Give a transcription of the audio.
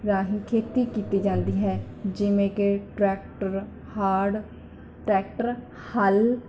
ਰਾਹੀਂ ਖੇਤੀ ਕੀਤੀ ਜਾਂਦੀ ਹੈ ਜਿਵੇਂ ਕਿ ਟਰੈਕਟਰ ਹਾਰਡ ਟਰੈਕਟਰ ਹੱਲ